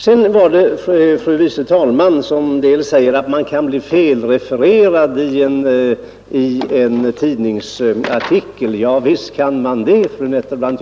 Fru andre vice talmannen säger att man kan bli felrefererad i en tidningsartikel. Ja, visst kan man det, fru Nettelbrandt.